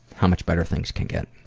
how much better things can get.